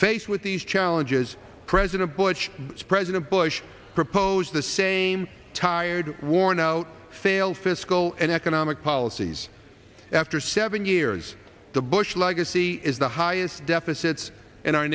faced with these challenges president bush president bush proposed the same tired worn out failed fiscal and economic policies after seven years the bush legacy is the highest deficits in our